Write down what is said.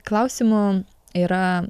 klausimų yra